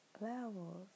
levels